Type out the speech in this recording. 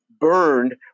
burned